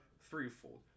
threefold